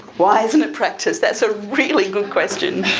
why isn't it practiced? that's a really good question.